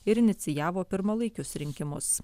ir inicijavo pirmalaikius rinkimus